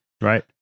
Right